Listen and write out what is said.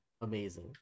Amazing